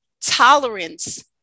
tolerance